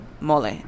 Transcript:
Mole